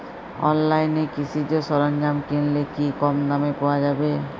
অনলাইনে কৃষিজ সরজ্ঞাম কিনলে কি কমদামে পাওয়া যাবে?